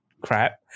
crap